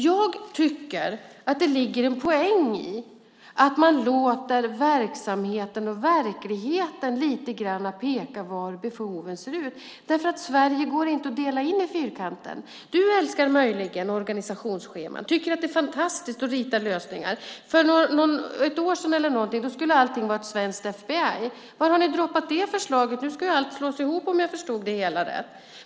Jag tycker att det är en poäng i att låta verksamheten och verkligheten lite grann peka på hur det ser ut när det gäller behoven. Det går inte att dela in Sverige i fyrkanter. Du, Thomas Bodström, älskar möjligen organisationsscheman och tycker att det är fantastiskt att rita lösningar. För ett år sedan eller så skulle allting vara ett svenskt FBI. Var har ni droppat det förslaget? Nu ska ju allt slås ihop, om jag förstått det hela rätt.